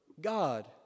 God